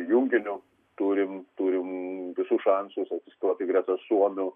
junginiu turim turim visus šansus atsistoti greta suomių